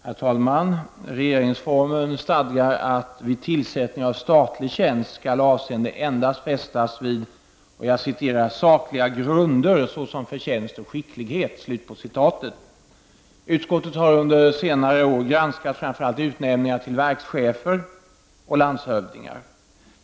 Herr talman! Regeringsformen stadgar att vid tillsättning av statlig tjänst avseende skall fästas ”endast vid sakliga grunder, såsom förtjänst och skicklighet”. Utskottet har under senare år granskat framför allt utnämningar till verkschefer och landshövdingar.